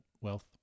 wealth